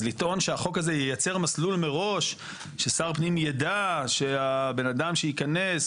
אז לטעון שהחוק הזה ייצר מסלול מראש ששר פנים יידע שהבן אדם שייכנס